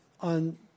on